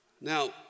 Now